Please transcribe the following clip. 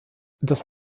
das